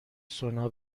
سونا